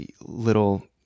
little